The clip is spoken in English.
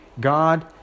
God